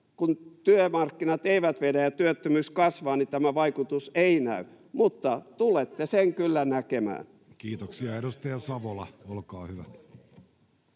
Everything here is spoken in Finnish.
kun työmarkkinat eivät vedä ja työttömyys kasvaa, tämä vaikutus ei näy, mutta tulette sen kyllä näkemään. [Pia Lohikoski: Hyvä,